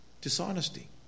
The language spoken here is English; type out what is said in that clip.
Dishonesty